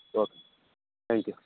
okay thank you